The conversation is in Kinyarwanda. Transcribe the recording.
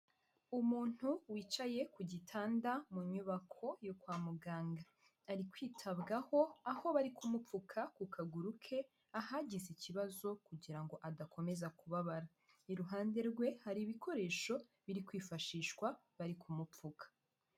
Umuntu wicaye ku gitanda mu nyubako yo kwa muganga. Ari kwitabwaho, aho bari kumupfuka ku kaguru ke ahagize ikibazo kugira ngo adakomeza kubabara. Iruhande rwe hari ibikoresho biri kwifashishwa bari kumupfuka.